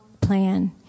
plan